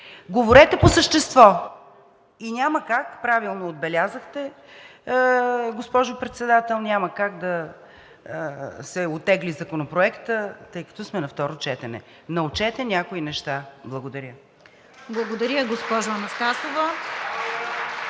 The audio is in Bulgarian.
Говорете по същество! И няма как, правилно отбелязахте, госпожо Председател, няма как да се оттегли Законопроектът, тъй като сме на второ четене. Научете някои неща. Благодаря. (Ръкопляскания от